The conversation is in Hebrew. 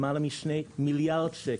למעלה משני מיליארד שקל,